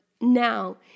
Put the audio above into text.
now